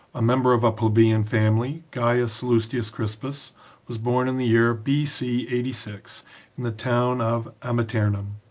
a member of a plebeian family, gaius sallustius crispus was born in the year b c. eighty six in the town of amiternum.